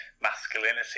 masculinity